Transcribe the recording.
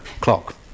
clock